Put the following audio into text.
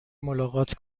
ملاقات